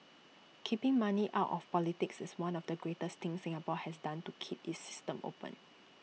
keeping money out of politics is one of the greatest things Singapore has done to keep its system open